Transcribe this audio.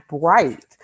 bright